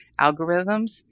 algorithms